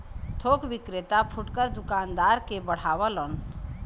थोक विक्रेता फुटकर दूकानदार के बढ़ावलन